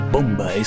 Bomba